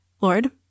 Lord